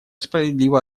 справедливо